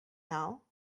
now